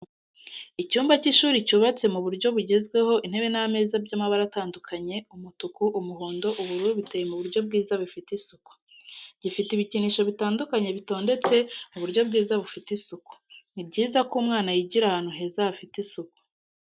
Icyumba cy'ishuri cyubatse mu buryo bugezweho intebe n'ameza by'amabara atandukanye umutuku, umuhondo, ubururu, biteye mu buryo bwiza bifite isuku, gifite ibikinisho bitandukanye bitondetse mu buryo bwiza bufite isuku. Ni byiza ko umwana yigira ahantu heza hafite isuku.